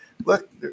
Look